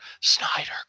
snyder